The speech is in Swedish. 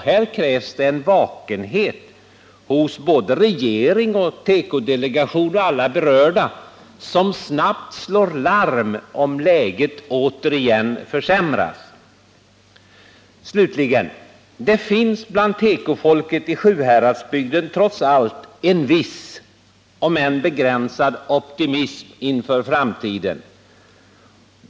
Här krävs det en vakenhet hos regering, tekodelegation och alla berörda. Man måste snabbt slå larm, om läget återigen försämras. Slutligen vill jag säga att det bland tekofolket i Sjuhäradsbygden trots allt finns en viss om än begränsad optimism inför framtiden.